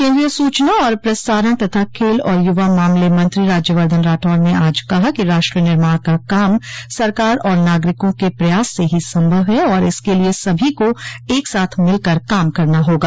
केन्द्रीय सूचना और प्रसारण तथा खेल और यूवा मामले मंत्री राज्यवर्द्धन राठौड़ ने आज कहा कि राष्ट्र निर्माण का काम सरकार और नागरिकों के प्रयास से ही संभव है और इसके लिए सभी को एकसाथ मिलकर काम करना होगा